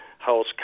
House